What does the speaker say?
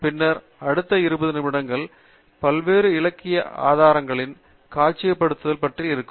பின்னர் அடுத்த இருபது நிமிடங்கள் பல்வேறு இலக்கிய ஆதாரங்களின் காட்சிப்படுத்துதல் பற்றி இருக்கும்